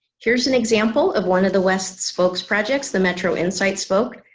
here's an example of one of the west's spokes projects, the metro insights spoke,